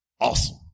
awesome